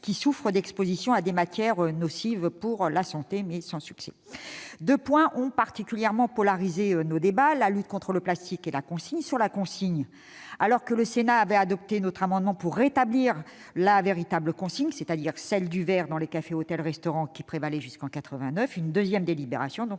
qui souffrent d'exposition à des matières nocives pour la santé. Deux sujets ont particulièrement polarisé nos débats : la lutte contre le plastique et la consigne. Le Sénat avait adopté notre amendement tendant à rétablir la véritable consigne, c'est-à-dire celle du verre dans les cafés, hôtels et restaurants, qui prévalait jusqu'en 1989. La seconde délibération est